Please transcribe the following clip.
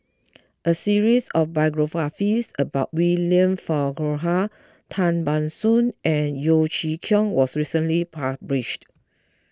a series of biographies about William Farquhar Tan Ban Soon and Yeo Chee Kiong was recently published